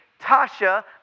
Tasha